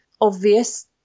obvious